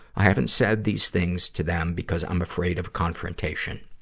i haven't said these things to them because i'm afraid of confrontation.